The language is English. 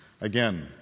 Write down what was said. Again